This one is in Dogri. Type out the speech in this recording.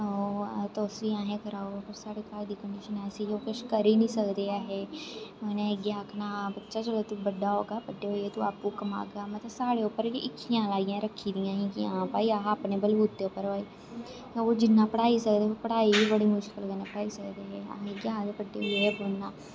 तुस बी आसे गी कराओ पर साढ़े घर दी कंडीशन ऐसी ही ओह् किश करी नेईं हे सकदे ऐ हे उ'नें इ'यै आखना बच्चे जिसलै तूं बड्डा होगा बड्डे होइयै तूं आपू कमागा मतलब साढ़े उप्पर हीखियां लाइयै रक्खी दियां हियां कि' हां भाई अस अपने बलबूते उप्पर ओह् जिन्ना पढ़ाई सकदे हे ओह् पढ़ाई गे बड़ी मुश्कल कने पढ़ाई सकदे हे इयै आखदे हे बड्डे होइयै एह् बनना